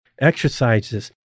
exercises